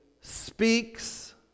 speaks